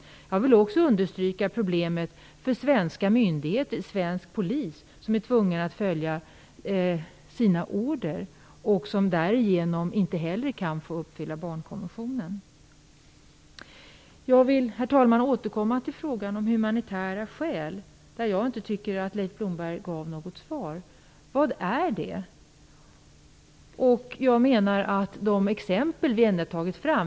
Jag vill också understryka problemen för svensk polis som är tvungen att följa sina order och som därigenom inte heller kan uppfylla barnkonventionen. Jag vill, herr talman, återkomma till frågan om humanitära skäl. Jag tycker inte att Leif Blomberg gav något svar. Vilka är de? Vi har ändå tagit fram några exempel.